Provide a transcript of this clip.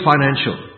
financial